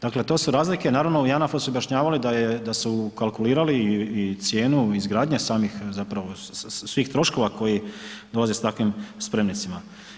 Dakle, to su razlike naravno u JANAF-u su objašnjavali da su ukalkulirali i cijenu izgradnje samih zapravo svih troškova koji dolaze s takvim spremnicima.